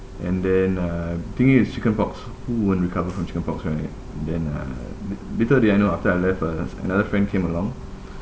and then uh the thing is it's chicken pox who won't recover from chicken pox right and then (uh)little did I know after I left uh another friend came along